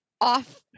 off